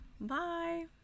Bye